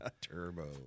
turbo